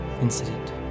incident